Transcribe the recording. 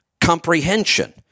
comprehension